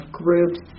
groups